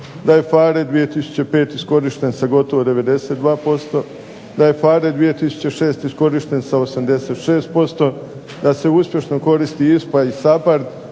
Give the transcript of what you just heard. da je PHARE 2005 iskorišten sa gotovo 92%, da je PHARE 2006 iskorišten sa 86%, da se uspješno koristi ISPA i SAPARD,